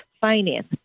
finance